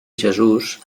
jesús